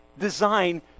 design